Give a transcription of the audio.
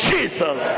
Jesus